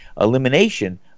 elimination